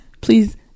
Please